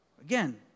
Again